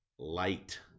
Light